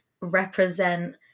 represent